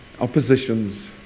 oppositions